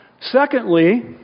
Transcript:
Secondly